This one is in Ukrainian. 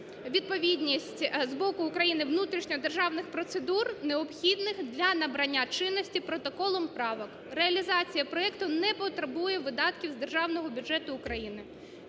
відповідність з боку України внутрішньодержавних процедур необхідних для набрання чинності Протоколом правок. Реалізація проекту не потребує видатків з державного бюджету України.